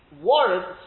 warrants